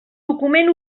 document